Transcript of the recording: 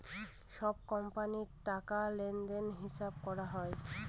সব কোম্পানির টাকা লেনদেনের হিসাব করা হয়